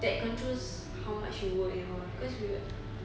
that controls how much we work and all cause we will